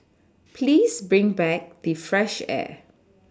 please bring back the fresh air